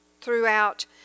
throughout